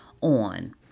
on